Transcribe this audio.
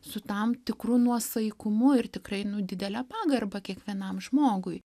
su tam tikru nuosaikumu ir tikrai didele pagarba kiekvienam žmogui